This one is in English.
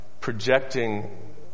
projecting